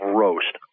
roast